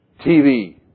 TV